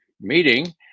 meeting